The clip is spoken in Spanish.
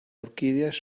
orquídeas